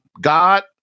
God